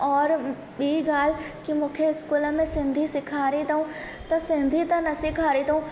औरि ॿी ॻाल्हि की मूंखे स्कूल में सिंधी सेखारी अथऊं त सिंधी त न सेखारे अथऊं